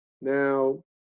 Now